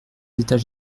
états